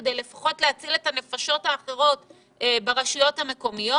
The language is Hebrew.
כדי לפחות להציל את הנפשות האחרות ברשויות המקומיות.